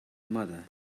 mother